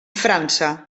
frança